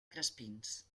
crespins